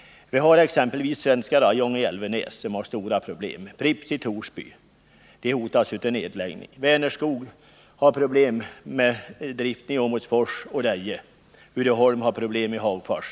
Vi har exempelvis Svenska Rayon AB i Älvenäs som har stora problem. Pripps i Torsby hotas av nedläggning. Vänerskog har problem med driften i Åmotfors och Deje. Uddeholm har problem i Hagfors.